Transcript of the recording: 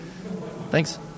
Thanks